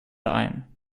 ein